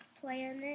Planet